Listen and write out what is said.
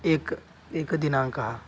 एक् एकदिनाङ्कः